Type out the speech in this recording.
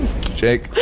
Jake